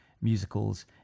musicals